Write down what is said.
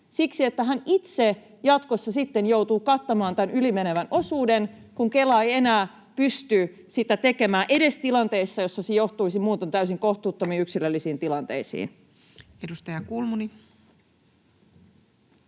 siksi, että hän itse jatkossa sitten joutuu kattamaan tämän yli menevän osuuden, kun Kela ei enää pysty sitä tekemään edes tilanteessa, jossa se johtaisi muutoin täysin kohtuuttomiin yksilöllisiin tilanteisiin. Edustaja Kulmuni.